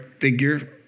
figure